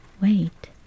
Wait